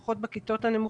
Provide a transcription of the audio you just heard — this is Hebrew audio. לפחות בכיתות הנמוכות,